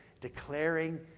declaring